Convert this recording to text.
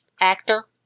actor